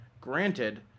granted